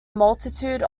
multitude